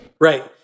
Right